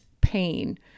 pain